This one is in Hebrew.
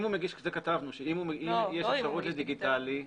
כתבנו שאם יש אפשרות לדיגיטלי,